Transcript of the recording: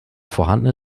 vorhandene